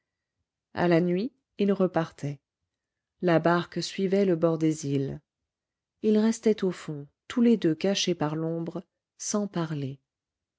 à la nuit ils repartaient la barque suivait le bord des îles ils restaient au fond tous les deux cachés par l'ombre sans parler